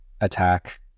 attack